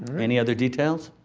any other details?